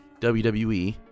WWE